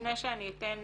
לפני שאני אתן